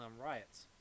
riots